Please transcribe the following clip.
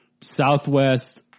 Southwest